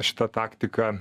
šita taktika